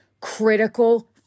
Critical